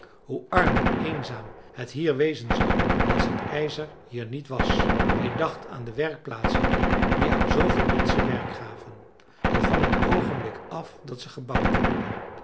hoe arm en eenzaam het hier wezen zou als het ijzer hier niet was hij dacht aan de werkplaatsen hier die aan zveel menschen werk gaven al van t oogenblik af dat ze gebouwd werden